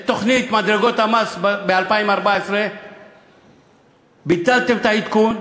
את תוכנית מדרגות המס ב-2014 ביטלתם את העדכון,